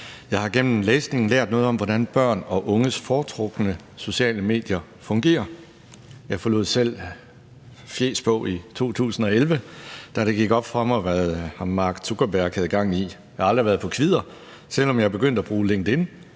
Jeg har gennem læsningen lært noget om, hvordan børn og unges foretrukne sociale medier fungerer. Jeg forlod selv »fjæsbog« i 2011, da det gik op for mig, hvad ham Mark Zuckerberg havde gang i. Jeg har aldrig været på »kvidder«, og selv om jeg er begyndt at bruge LinkedIn,